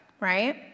right